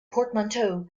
portmanteau